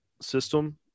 System